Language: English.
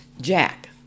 Jack